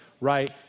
right